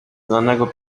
znanego